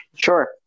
Sure